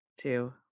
two